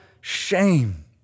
shame